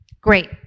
great